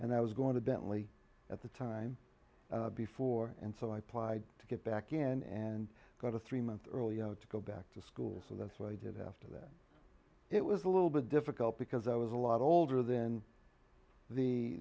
and i was going to bentley at the time before and so i plied to get back in and got a three month early to go back to school so that's what i did after that it was a little bit difficult because i was a lot older than the